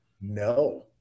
No